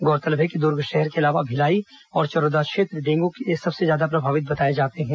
गौरतलब है कि दुर्ग शहर के अलावा भिलाई और चरौदा क्षेत्र डेंगू से सबसे ज्यादा प्रभावित बताए जाते हैं